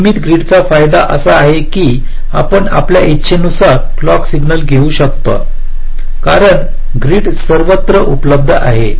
नियमित ग्रीडचा फायदा असा आहे की आपण आपल्या इच्छेनुसार क्लॉक सिग्नल घेऊ शकता कारण ग्रीड सर्वत्र उपलब्ध आहे